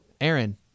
aaron